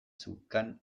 zeukan